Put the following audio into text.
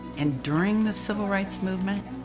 and during the civil rights movement,